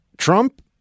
Trump